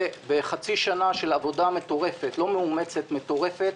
בחצי שנה של עבודה מטורפת לא מאומצת אלא מטורפת,